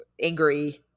angry